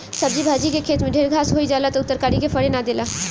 सब्जी भाजी के खेते में ढेर घास होई जाला त उ तरकारी के फरे ना देला